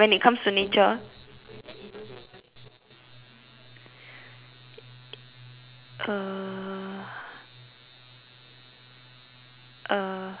uh uh